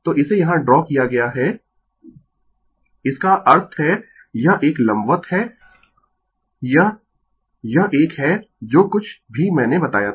तो इसे यहाँ ड्रा किया गया है इसका अर्थ है यह एक लंबवत है यह यह एक है जो कुछ भी मैंने बताया था